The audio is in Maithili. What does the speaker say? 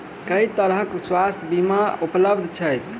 केँ तरहक स्वास्थ्य बीमा उपलब्ध छैक?